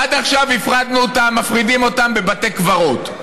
עד עכשיו הפרדנו אותם בבתי קברות,